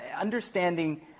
understanding